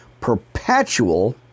perpetual